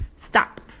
Stop